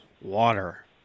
water